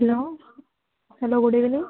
hello hello good evening